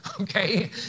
Okay